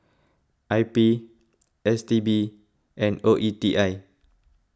I P S T B and O E T I